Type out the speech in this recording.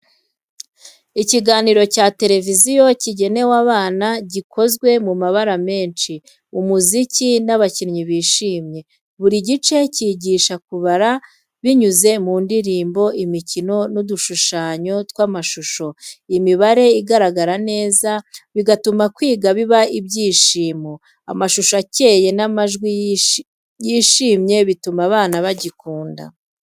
Ikiganiro cya televiziyo kigenewe abana gikozwe mu mabara menshi, umuziki, n’abakinnyi bishimye. Buri gice cyigisha kubara binyuze mu ndirimbo, imikino, n’udushushanyo tw’amashusho. Imibare igaragara neza, bigatuma kwiga biba ibyishimo. Amashusho akeye n’amajwi yishimye bituma abana bagikunda.